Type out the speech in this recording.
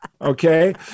Okay